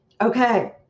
Okay